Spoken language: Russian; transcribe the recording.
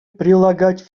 прилагать